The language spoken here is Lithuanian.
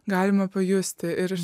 galima pajusti ir